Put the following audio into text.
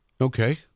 Okay